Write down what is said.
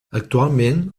actualment